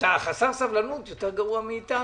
אתה חסר סבלנות, יותר גרוע מאתנו.